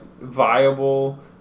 viable